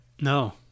No